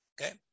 Okay